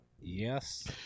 yes